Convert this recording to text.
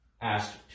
asked